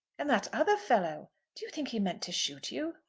and that other fellow do you think he meant to shoot you?